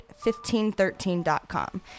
1513.com